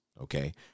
okay